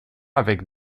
avec